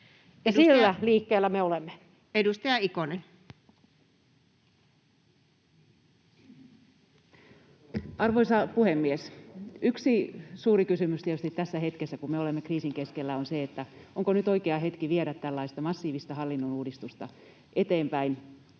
Kiuru kok) Time: 16:51 Content: Arvoisa puhemies! Yksi suuri kysymys tietysti tässä hetkessä, kun me olemme kriisin keskellä, on se, onko nyt oikea hetki viedä tällaista massiivista hallinnon uudistusta eteenpäin